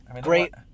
great